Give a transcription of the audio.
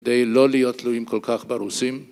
די לא להיות תלויים כל כך ברוסים